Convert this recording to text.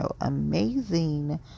Amazing